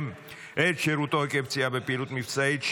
את שירותו עקב פציעה בפעילות מבצעית),